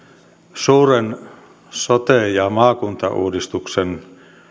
suuren sote ja maakuntauudistuksen